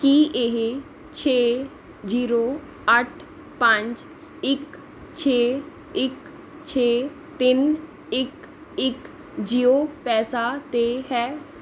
ਕੀ ਇਹ ਛੇ ਜੀਰੋ ਅੱਠ ਪੰਜ ਇੱਕ ਛੇ ਇੱਕ ਛੇ ਤਿੰਨ ਇੱਕ ਇੱਕ ਜੀਓ ਪੈਸਾ 'ਤੇ ਹੈ